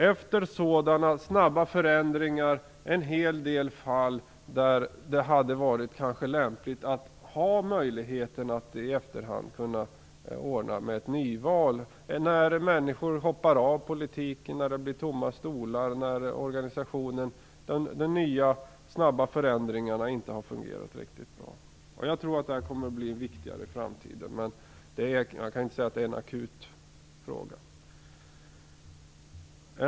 Efter sådana snabba förändringar har det varit en hel del fall där det kanske hade varit lämpligt att ha möjligheten att i efterhand kunna ordna med ett nyval när människor hoppar av politiken, när det blir tomma stolar i organisationen och när de nya snabba förändringarna inte har fungerat riktigt bra. Jag tror att den frågan kommer att bli viktigare i framtiden, men jag kan inte säga att det är en akut fråga.